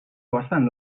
bastant